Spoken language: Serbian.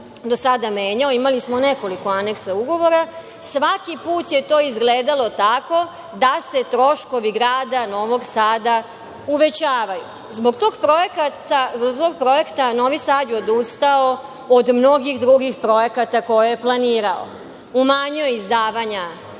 do sada menjao, imali smo nekoliko aneksa ugovora, svaki put je to izgledalo tako da se troškovi grada Novog Sada uvećavaju. Zbog tog projekta Novi Sad je odustao od mnogih drugih projekata koje je planirao. Umanjuje socijalna